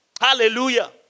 Hallelujah